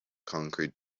concrete